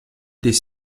des